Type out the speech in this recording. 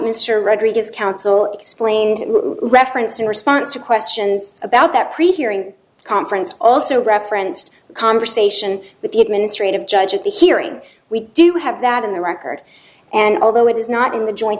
mr rodriguez counsel explained reference in response to questions about that pre hearing conference also referenced conversation with the administrative judge at the hearing we do have that in the record and although it is not in the joint